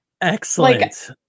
excellent